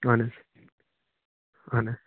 اَہَن حظ اَہَن حظ